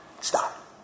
stop